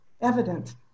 evident